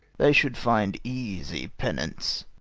they should finde easie pennance